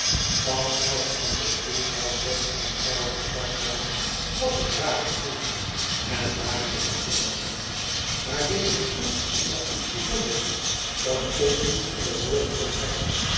geheele elken anderen stoel zou tom eenvoudig gedacht hebben wat een rare stoel i en daarmee afgeloopen maar deze stoel had iets bijzonders dat tom niet onder woorden kon brengen